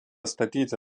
statyti